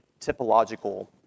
typological